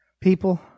people